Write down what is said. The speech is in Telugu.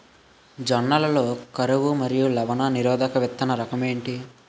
జొన్న లలో కరువు మరియు లవణ నిరోధక విత్తన రకం ఏంటి?